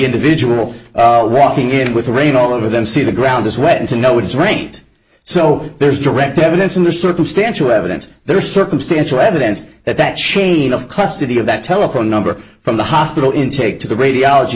individual walking in with rain all over them see the ground this way to know what is right so there's direct evidence in the circumstantial evidence there is circumstantial evidence that that chain of custody of that telephone number from the hospital intake to the radiology